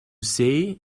say